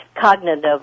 cognitive